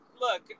Look